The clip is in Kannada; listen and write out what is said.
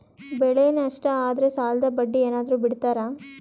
ಬೆಳೆ ನಷ್ಟ ಆದ್ರ ಸಾಲದ ಬಡ್ಡಿ ಏನಾದ್ರು ಬಿಡ್ತಿರಾ?